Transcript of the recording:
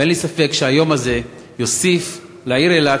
ואין לי ספק שהיום הזה יוסיף לעיר אילת